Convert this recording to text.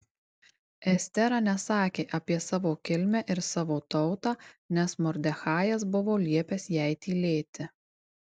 estera nesakė apie savo kilmę ir savo tautą nes mordechajas buvo liepęs jai tylėti